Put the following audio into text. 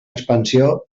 expansió